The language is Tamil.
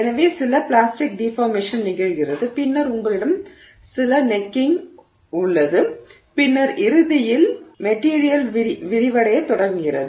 எனவே சில பிளாஸ்டிக் டிஃபார்மேஷன் நிகழ்கிறது பின்னர் உங்களிடம் சில கழுத்திடல் உள்ளது பின்னர் இறுதியில் மெட்டிரியல் விரிவடையத் தொடங்குகிறது